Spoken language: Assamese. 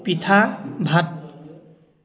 পিঠা ভাত